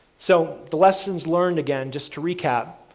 so the lessons learned again just to recap,